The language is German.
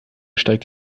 steigt